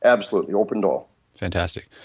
absolutely, open to all fantastic.